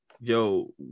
Yo